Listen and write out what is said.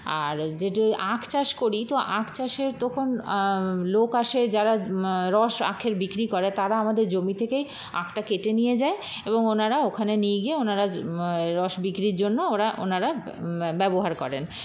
আর যেটা আখ চাষ করি তো আখ চাষের তখন লোক আসে যারা রস আখের বিক্রি করে তারা আমাদের জমি থেকেই আখটা কেটে নিয়ে যায় এবং ওঁরা ওখানে নিয়ে গিয়ে ওঁরা রস বিক্রির জন্য ওঁরা ব্যবহার করেন